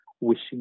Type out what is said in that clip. wishing